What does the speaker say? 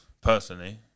personally